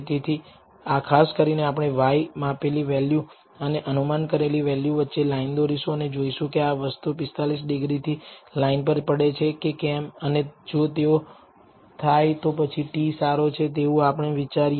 તેથી ખાસ કરીને આપણે y માપેલી વેલ્યુ અને અનુમાન કરેલી વેલ્યુ વચ્ચે લાઇન દોરીશું અને જોઈશું કે આ વસ્તુ 45 ડિગ્રી થી લાઇન પર પડે છે કે કેમ અને જો તેઓ થાય તો પછી t સારો છે તેવું આપણે વિચારીએ